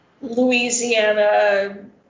Louisiana